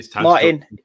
Martin